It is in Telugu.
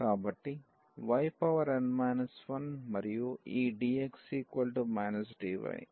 కాబట్టి yn 1 మరియు ఈ dx dy